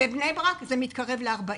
בבני ברק זה מתקרב ל-40.